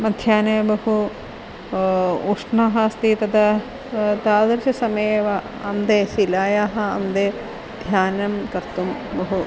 मध्याह्ने बहु उष्णः अस्ति तदा तादृशसमये वा अन्ते शिलायाः अन्ते ध्यानं कर्तुं बहु